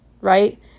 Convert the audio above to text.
right